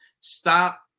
stop